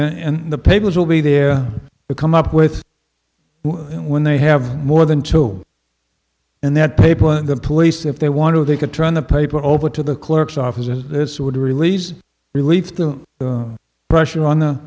in the papers will be there to come up with when they have more than two in that paper the police if they want to they could turn the paper over to the clerk's office and this would release relieve the pressure on the